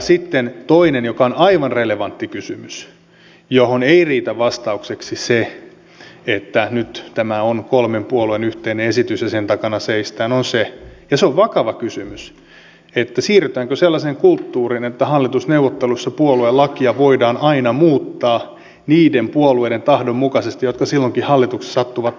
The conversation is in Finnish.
sitten toinen kysymys joka on aivan relevantti ja johon ei riitä vastaukseksi se että nyt tämä on kolmen puolueen yhteinen esitys ja sen takana seistään on se ja se on vakava kysymys siirrytäänkö sellaiseen kulttuuriin että hallitusneuvotteluissa puoluelakia voidaan aina muuttaa niiden puolueiden tahdon mukaisesti jotka silloin hallituksessa sattuvat olemaan